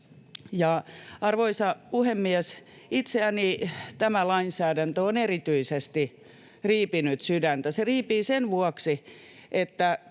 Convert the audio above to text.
Arvoisa puhemies! Tämä lainsäädäntö on erityisesti riipinyt sydäntäni. Se riipii sen vuoksi,